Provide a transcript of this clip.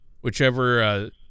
whichever